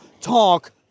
Talk